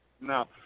No